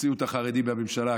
הוציאו את החרדים מהממשלה,